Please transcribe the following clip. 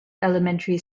elementary